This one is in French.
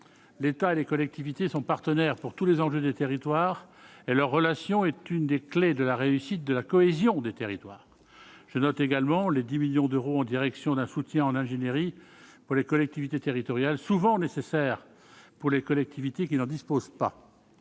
l'État et les collectivités sont partenaires pour tous les enjeux des territoires et leur relation est une des clés de la réussite de la cohésion des territoires, je note également le 10 millions d'euros en direction d'un soutien en ingénierie pour les collectivités territoriales, souvent nécessaire pour les collectivités qui n'en disposent pas